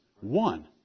One